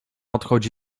odchodzi